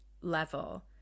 level